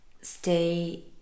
stay